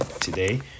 today